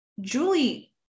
Julie